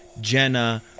Jenna